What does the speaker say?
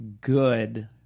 good